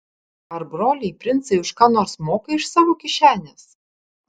ar broliai princai už ką nors moka iš savo kišenės